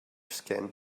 skin